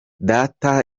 data